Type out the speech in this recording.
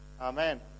Amen